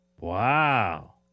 Wow